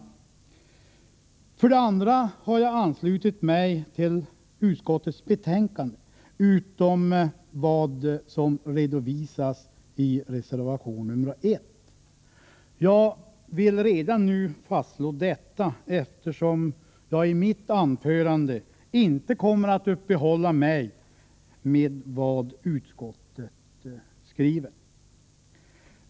För det andra har jag anslutit mig till utskottets skrivning utom vad gäller det avsnitt som redovisas i reservation nr 1. Jag vill redan nu fastslå detta eftersom jag i mitt anförande inte kommer att uppehålla mig vid vad utskottet anför.